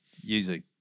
using